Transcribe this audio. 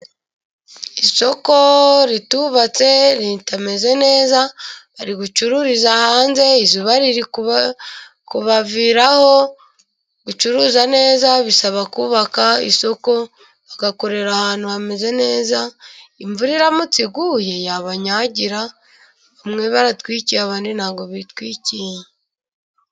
Isoko ritubatse ritameze neza bari gucururiza hanze izuba riri kubaviraho , gucuruza neza bisaba kubaka isoko bagakorera ahantu hameze neza, imvura iramutse iguye yabanyagira bamwe baratwikiye ,abandi ntabwo bitwikiye.